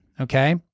Okay